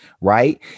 right